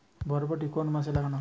বরবটি কোন মাসে লাগানো হয়?